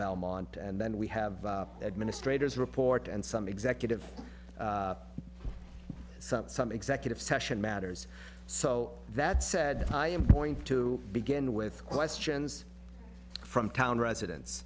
belmont and then we have administrators report and some executive some some executive session matters so that said i am going to begin with questions from town residents